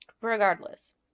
Regardless